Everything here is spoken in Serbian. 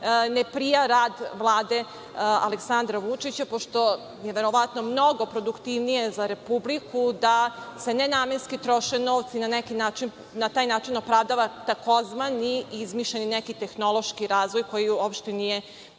ne prija rad Vlade Aleksandra Vučića, pošto je verovatno mnogo produktivnije za Republiku da se nenamenski troši novci, na taj način opravdava tzv. izmišljeni neki tehnološki razvoj, koji uopšte nije bio